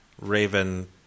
raven